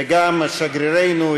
וגם שגרירנו,